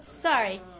Sorry